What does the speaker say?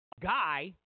guy